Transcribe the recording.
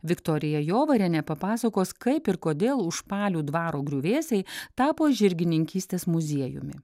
viktorija jovarienė papasakos kaip ir kodėl užpalių dvaro griuvėsiai tapo žirgininkystės muziejumi